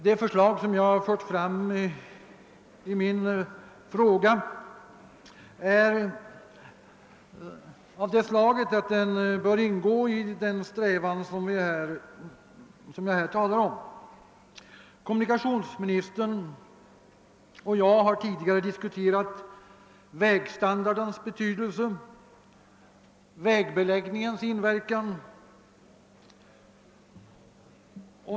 Det förslag som jag har fört fram i min fråga är ett led i den strävan som jag här talar om. Kommunikationsministern och jag har tidigare diskuterat vägstandardens betydelse och vägbeläggningens inverkan.